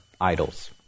idols